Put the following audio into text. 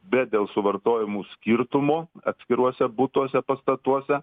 bet dėl suvartojamų skirtumų atskiruose butuose pastatuose